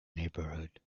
neighbourhood